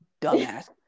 dumbass